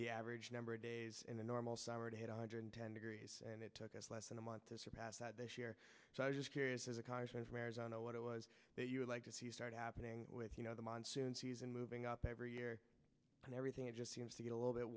the average number of days in the normal summer to one hundred ten degrees and it took us less than a month to surpass that this year so i'm just curious as a congressman from arizona what it was that you would like to see start happening with you know the monsoon season moving up every year and everything it just seems to get a little bit